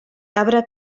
cabra